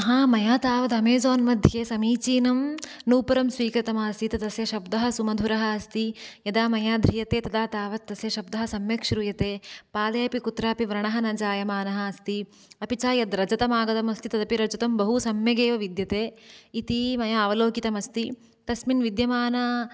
हा मया तावत् अमेज़ान् मध्ये समीचीनं नूपुरं स्वीकृतमासीत् तस्य शब्दः सुमधुरः अस्ति यदा मया ध्रीयते तदा तावत् तस्य शब्दः सम्यक् श्रूयते पादे अपि कुत्रापि व्रणः न जायमानः अस्ति अपि च यद्रजतम् आगतमस्ति तदपि रजतं बहु सम्यगेव विद्यते इति मया अवलोकितमस्ति तस्मिन् विद्यमाना